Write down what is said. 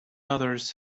others